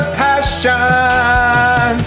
passion